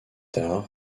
tard